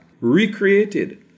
recreated